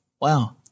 Wow